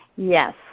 Yes